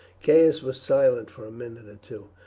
caius was silent for a minute or two.